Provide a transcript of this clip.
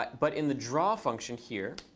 but but in the draw function here,